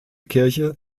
kirche